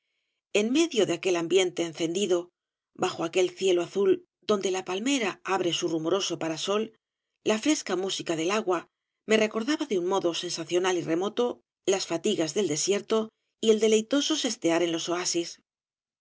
en medio de aquel ambiente encendido bajo aquel cielo azul donde la palmera abre su rumoroso parasol la fresca música del agua me recordaba de un modo sensacional y remoto las fatigas del desierto y el deleitoso sestear en los oasis